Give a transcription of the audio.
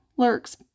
Lurks